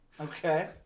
Okay